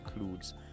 includes